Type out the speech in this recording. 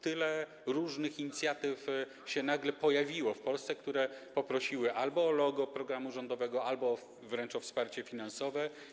Tyle różnych inicjatyw się nagle pojawiło w Polsce, w ramach których poproszono albo o logo programu rządowego, albo wręcz o wsparcie finansowe.